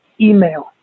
email